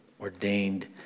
ordained